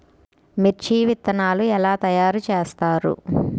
మిర్చి విత్తనాలు ఎలా తయారు చేస్తారు?